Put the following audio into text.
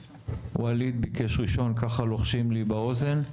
וואליד ביקש ראשון ככה לוחשים לי באוזן.